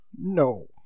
No